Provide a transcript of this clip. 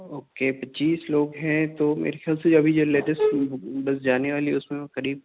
okay پچیس لوگ ہیں تو میرے خیال سے ابھی جو لیٹیسٹ بس جانے والی ہے اس میں قریب